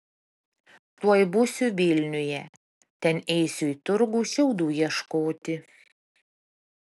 tuoj būsiu vilniuje ten eisiu į turgų šiaudų ieškoti